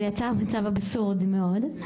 זה מצב אבסורדי מאוד.